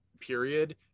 period